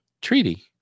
treaty